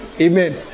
amen